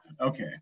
Okay